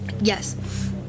Yes